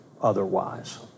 otherwise